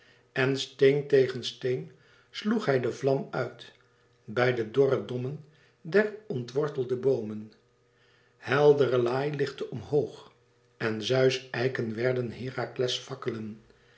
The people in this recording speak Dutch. en steen tegen steen sloeg hij de vlam uit bij de dorre dommen der ontwortelde boomen heldere laai lichtte omhoog en zeus eiken werden herakles